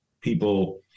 people